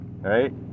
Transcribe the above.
Right